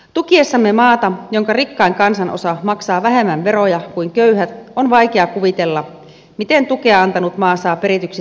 tukiessamme maata jonka rikkain kansanosa maksaa vähemmän veroja kuin köyhät on vaikea kuvitella miten tukea antanut maa saa perityksi saatavansa takaisin